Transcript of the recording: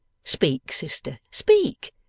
speak, sister, speak.